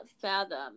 fathom